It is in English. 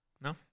No